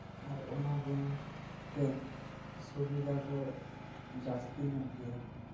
ᱟᱨ ᱚᱱᱟ ᱵᱮᱝᱠ ᱨᱮ ᱥᱩᱵᱤᱫᱷᱟ ᱠᱚ ᱡᱟᱹᱥᱛᱤ ᱧᱚᱜ ᱜᱮᱭᱟ